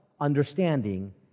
understanding